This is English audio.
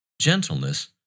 gentleness